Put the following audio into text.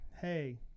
hey